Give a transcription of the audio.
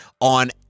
on